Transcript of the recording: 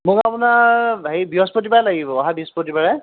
মোক মানে বৃহস্পতিবাৰে লাগিব অহা বৃহস্পতিবাৰে